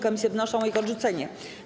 Komisje wnoszą o ich odrzucenie.